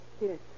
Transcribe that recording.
Yes